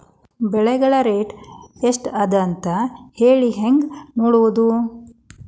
ಬೆಳೆಗಳ ರೇಟ್ ಎಷ್ಟ ಅದ ಅಂತ ಹೇಳಿ ಹೆಂಗ್ ನೋಡುವುದು?